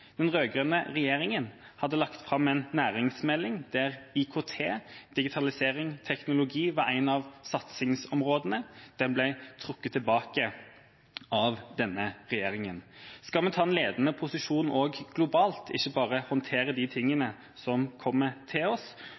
Den rød-grønne regjeringa hadde lagt fram en næringsmelding der IKT, digitalisering og teknologi var et av satsingsområdene. Den ble trukket tilbake av denne regjeringa. Skal vi ta en ledende posisjon også globalt, ikke bare håndtere de tingene som kommer til oss,